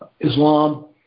Islam